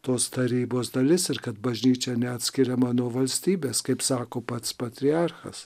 tos tarybos dalis ir kad bažnyčia neatskiriama nuo valstybės kaip sako pats patriarchas